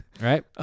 right